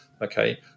okay